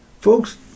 Folks